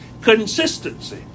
Consistency